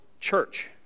church